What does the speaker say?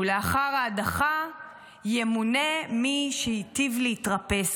ולאחר ההדחה ימונה מי שייטיב להתרפס.